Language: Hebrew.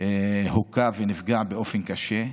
הוכה ונפגע באופן קשה,